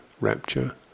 rapture